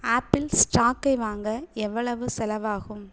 apple ஸ்டாக்கை வாங்க எவ்வளவு செலவாகும்